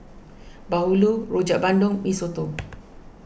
Bahulu Rojak Bandung Mee Soto